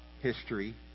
history